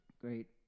great